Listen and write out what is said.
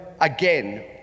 again